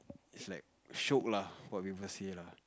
is like shiok lah what people say lah